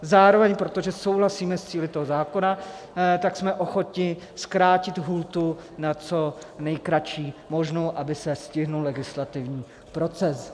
Zároveň, protože souhlasíme s cíli toho zákona, jsme ochotni zkrátit lhůtu na co nejkratší možnou, aby se stihl legislativní proces.